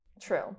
True